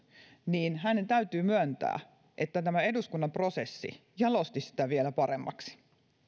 niin hänen täytyy myöntää että tämä eduskunnan prosessi jalosti sitä vielä paremmaksi